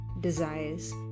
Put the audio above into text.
desires